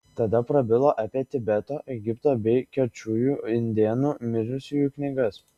tada prabilo apie tibeto egipto bei kečujų indėnų mirusiųjų knygas